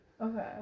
Okay